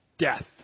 Death